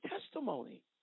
testimony